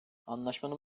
anlaşmanın